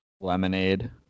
Lemonade